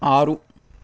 ఆరు